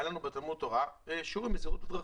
היה לנו בתלמוד תורה שיעורים בזהירות בדרכים.